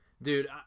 Dude